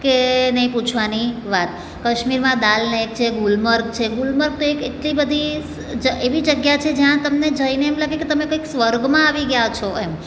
કે નહીં પૂછવાની વાત કશ્મીરમાં દાલ લેક છે ગુલમર્ગ છે ગુલમર્ગ તો એક એટલી બધી એવી જગ્યા છે જ્યાં તમને જઈને એમ લાગે કે તમે સ્વર્ગમાં આવી ગયા છો એમ